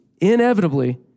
Inevitably